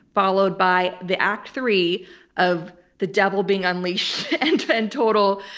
followed by the act three of the devil being unleashed and but and total,